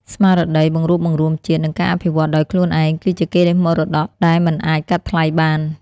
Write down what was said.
ស្មារតីបង្រួបបង្រួមជាតិ និងការអភិវឌ្ឍដោយខ្លួនឯង គឺជាកេរមរតកដែលមិនអាចកាត់ថ្លៃបាន។